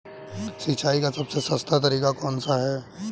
सिंचाई का सबसे सस्ता तरीका कौन सा है?